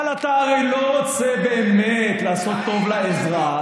אבל אתה הרי לא רוצה באמת לעשות טוב לאזרח,